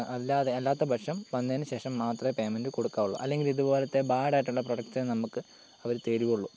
അല്ലാതെ അല്ലാത്തപക്ഷം വന്നതിനുശേഷം മാത്രമേ പേയ്മെന്റ് കൊടുക്കാന് ഉള്ളൂ അല്ലെങ്കിൽ ഇതുപോലത്തെ ബാഡായിട്ടുള്ള പ്രൊഡാക്റ്റ് നമുക്ക് അവർ തരു ഉള്ളൂ